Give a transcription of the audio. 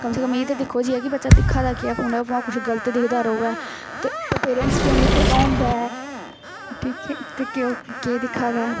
कम से कम एह् ते दिक्खो जाइयै कि बच्चा दिक्खा दा केह् ऐ फोना पर भाएं कुछ गल्त दिखदा र'वै ते पेरैंट्स गी हैन्नी पता होंदा ऐ कि कि कि कि ओह् केह् दिक्खा दा ऐ